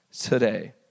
today